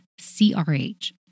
CRH